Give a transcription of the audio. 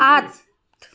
আঠ